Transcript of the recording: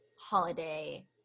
holiday